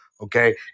Okay